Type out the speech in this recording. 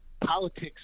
Politics